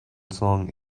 song